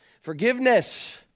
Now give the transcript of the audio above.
Forgiveness